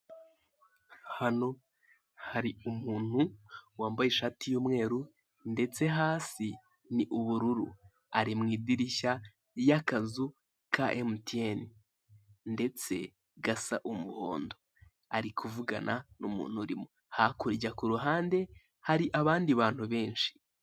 Hano hari umuntu wambaye ishati y'umweru ndetse hasi ni ubururu, ari mu idirishya ry'akazu ka emutiyene ndetse gasa umuhondo ari kuvugana n'umuntu urimo, hakurya ku ruhande hari abandi bantu benshi.